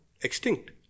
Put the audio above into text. extinct